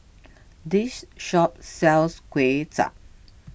this shop sells Kway Chap